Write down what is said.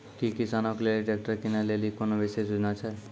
कि किसानो लेली ट्रैक्टर किनै लेली कोनो विशेष योजना छै?